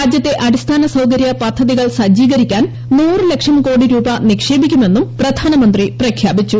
രാജ്യത്തെ അടിസ്ഥാന സൌകര്യ പദ്ധതികൾ സജീകരിക്കാൻ നൂറ്ലക്ഷം കോടി രൂപ നിക്ഷേപിക്കുമെന്നും പ്രധാനമന്ത്രി പ്രഖ്യാപിച്ചു